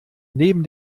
neben